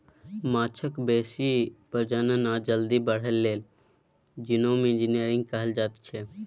माछक बेसी प्रजनन आ जल्दी बढ़य लेल जीनोम इंजिनियरिंग कएल जाएत छै